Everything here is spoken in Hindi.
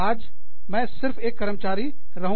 आज मैं सिर्फ एक कर्मचारी रहूँगी